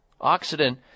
oxidant